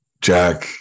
jack